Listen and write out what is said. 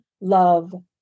love